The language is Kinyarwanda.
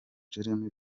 jeremy